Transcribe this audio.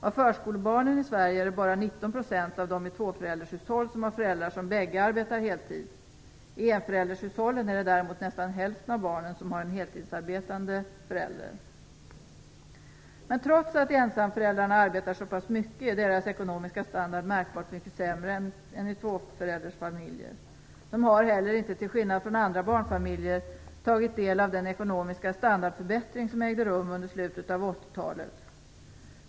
Av förskolebarnen i Sverige är det bara 19 % av dem i tvåföräldershushåll som har föräldrar som bägge arbetar heltid. I enföräldershushållen har däremot nästan hälften av barnen en heltidsarbetande förälder. Men trots att ensamföräldrarna arbetar så pass mycket är deras ekonomiska standard märkbart mycket sämre än i tvåföräldersfamiljerna. De har heller inte, till skillnad från andra barnfamiljer, tagit del av den ekonomiska standardförbättring som ägde rum under slutet av 80-talet.